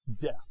Death